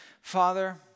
Father